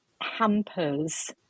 hampers